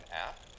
app